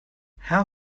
how